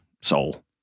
soul